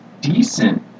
decent